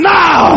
now